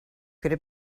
could